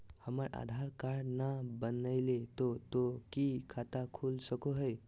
हमर आधार कार्ड न बनलै तो तो की खाता खुल सको है?